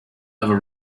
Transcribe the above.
ever